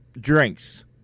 drinks